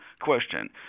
question